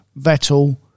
Vettel